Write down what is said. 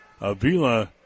Avila